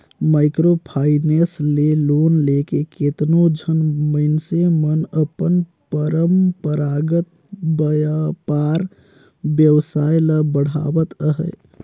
micro finance ले loan लेके केतनो झन मइनसे मन अपन परंपरागत बयपार बेवसाय ल बढ़ावत अहें